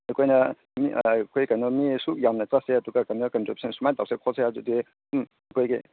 ꯑꯩꯈꯣꯏꯅ ꯃꯤ ꯑꯩꯈꯣꯏ ꯀꯩꯅꯣ ꯃꯤ ꯑꯁꯨꯛ ꯌꯥꯝꯅ ꯆꯠꯁꯦ ꯑꯗꯨꯒ ꯀꯩꯅꯣ ꯀꯟꯇ꯭ꯔꯤꯕꯨꯁꯟ ꯁꯨꯃꯥꯏ ꯇꯧꯁꯦ ꯈꯣꯠꯁꯦ ꯍꯥꯏꯕꯗꯨꯗꯤ ꯑꯗꯨꯝ ꯑꯩꯈꯣꯏꯒꯤ